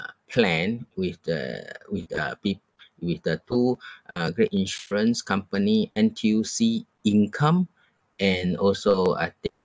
plan with the with the uh p~ with the two uh great insurance company N_T_U_C income and also I think